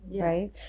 right